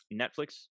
netflix